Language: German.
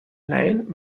laien